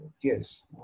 yes